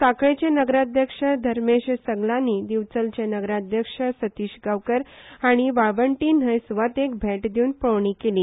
साखळेचे नगराध्यक्ष धरमेश सगलानी दिवचले नगराध्यक्ष सतीश गावकर हाणी वाळवंटी न्हय सुवातेक भेट दिवन पळोवणी केली